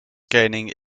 gaining